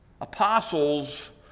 Apostles